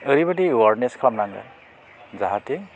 ओरैबादि एवारनेस खालामनांगोन जाहाथे